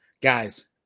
Guys